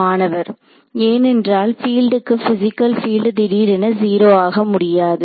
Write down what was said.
மாணவர் ஏனென்றால் பீல்டுக்கு பிசிகல் பீல்டு திடீரென 0 ஆக முடியாது